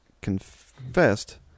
confessed